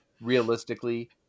Realistically